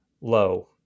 low